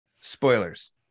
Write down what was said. Spoilers